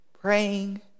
praying